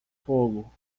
fogo